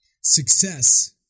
Success